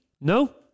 No